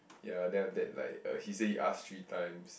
ya then after that like uh he say he ask three times